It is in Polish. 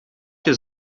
się